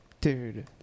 Dude